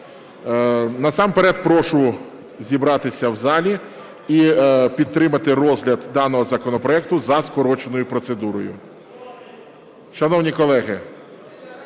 Насамперед прошу зібратися в залі і підтримати розгляд даного законопроекту за скороченою процедурою.